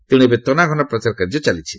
ତେଣୁ ଏବେ ତନାଘନା ପ୍ରଚାରକାର୍ଯ୍ୟ ଚାଲିଛି